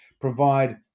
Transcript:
provide